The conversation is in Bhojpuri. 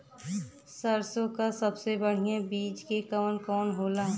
सरसों क सबसे बढ़िया बिज के कवन होला?